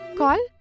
call